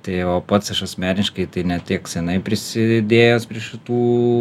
tai o pats aš asmeniškai tai ne tiek senai prisidėjęs prie šitų